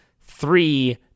three